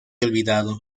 olvidado